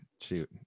Shoot